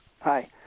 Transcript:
Hi